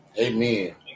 Amen